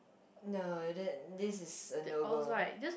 no that this is a no go